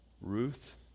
Ruth